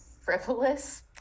frivolous